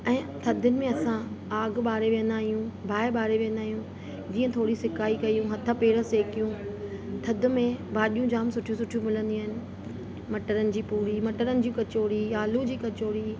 ऐं थधियुनि में असां आग बारे विहंदा आहियूं बाहे बारे विहंदा आहियूं जीअं थोरी सिकाई कयूं हथ पेर सेकियूं थधि में भाॼियूं जाम सुठियूं सुठियूं मिलंदियूं आहिनि मटरनि जी पुड़ी मटरनि जी कचौरी आलू जी कचौरी